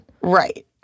Right